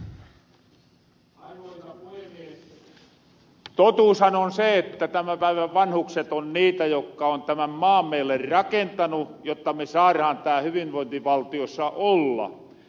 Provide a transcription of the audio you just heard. totuushan on se että tämän päivän vanhukset on niitä jokka on tämän maan meille rakentanu jotta me saarahan tääl hyvinvointivaltiossa olla